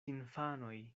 infanoj